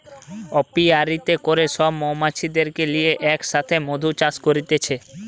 অপিয়ারীতে করে সব মৌমাছিদেরকে লিয়ে এক সাথে মধু চাষ করতিছে